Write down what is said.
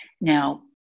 Now